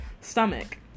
stomach